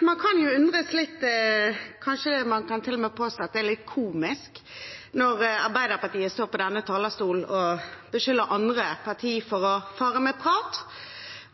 Man kan jo undre seg litt – kanskje man til og med kan påstå at det er litt komisk – når Arbeiderpartiet står på denne talerstolen og beskylder andre parti for å fare med prat.